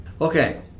Okay